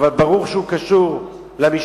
אבל ברור שהוא קשור למשטרה.